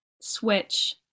switch